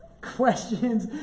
Questions